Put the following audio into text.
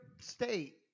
state